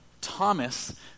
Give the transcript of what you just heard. Thomas